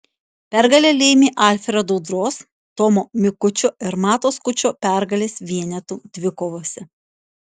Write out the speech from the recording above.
pergalę lėmė alfredo udros tomo mikučio ir mato skučo pergalės vienetų dvikovose